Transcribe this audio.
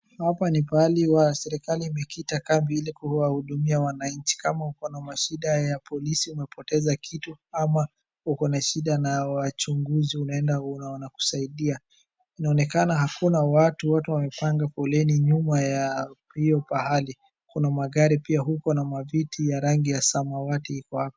Hapa ni pahali serikali imekita kambi ili kuwahudumia wananchi kama uko na mashida ya polisi, umepoteza kitu ama uko na shida na wachunguzi unaenda wanakusaidia, inaonekana hakuna watu, watu wamepanga foleni nyuma ya hiyo pahali. Kuna magari pia huko na maviti ya rangi ya samawati pia iko hapa.